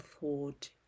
thought